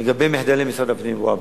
לגבי מחדלי משרד הפנים, והבה,